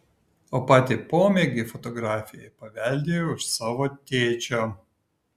o patį pomėgį fotografijai paveldėjau iš savo tėčio